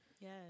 Yes